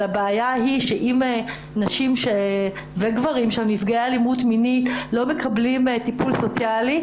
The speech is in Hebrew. אם נשים וגברים שהם נפגעי אלימות מינית לא מקבלים טיפול סוציאלי,